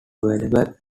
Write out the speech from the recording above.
available